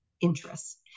interests